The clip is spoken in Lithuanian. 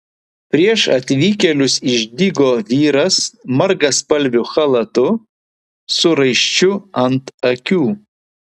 prieš atvykėlius išdygo vyras margaspalviu chalatu su raiščiu ant akių